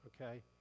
okay